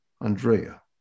Andrea